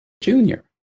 junior